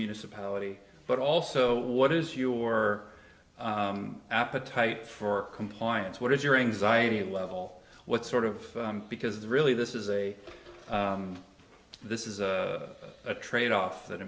municipality but also what is your appetite for compliance what is your anxiety level what sort of because the really this is a this is a trade off that